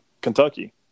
Kentucky